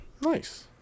Nice